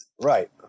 right